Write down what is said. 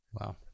wow